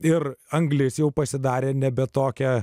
ir anglis jau pasidarė nebe tokia